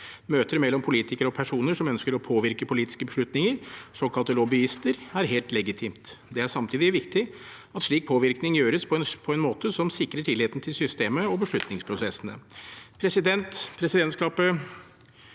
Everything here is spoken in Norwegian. Møter mellom politikere og personer som ønsker å påvirke politiske beslutninger, såkalte lobbyister, er helt legitime. Det er samtidig viktig at slik påvirkning gjøres på en måte som sikrer tilliten til systemet og beslutningsprosessene.